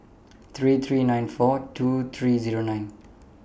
three three nine four two three Zero nine